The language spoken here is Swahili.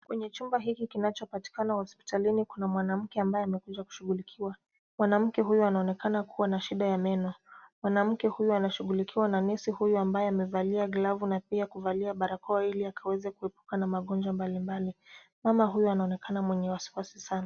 Kwenye chumba hiki kinachopatikana hospitalini kuna mwanamke ambaye amekuja kushughulikiwa. Mwanamke huyo anaonekana kuwa na shida ya meno. Mwanamke huyu anashughulikiwa na nesi huyu ambaye amevalia glavu na pia kuvalia barakoa ili akaweze kuepuka na magonjwa mbalimbali. Mama huyu anaonekana mwenye wasiwasi sana.